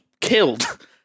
killed